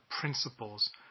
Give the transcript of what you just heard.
principles